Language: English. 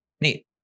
Neat